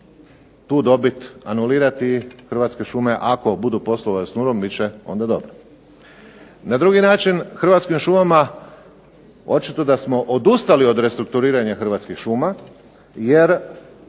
tu dobit anulirati Hrvatske šume, ako budu poslovale s nulom, bit će onda dobro. Na drugi način Hrvatskim šumama očito da smo odustali od restrukturiranja Hrvatskih šuma, jer